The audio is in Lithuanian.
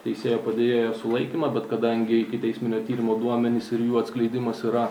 teisėjo padėjėjo sulaikymą bet kadangi ikiteisminio tyrimo duomenys ir jų atskleidimas yra